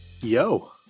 Yo